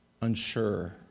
unsure